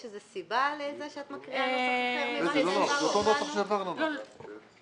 יש לזה סיבה לזה שאת מקריאה נוסח אחר ממה שהעברתם לנו?